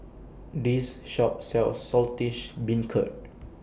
This Shop sells Saltish Beancurd